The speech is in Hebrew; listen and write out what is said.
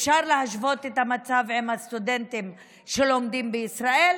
אפשר להשוות את המצב עם הסטודנטים שלומדים בישראל,